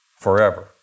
forever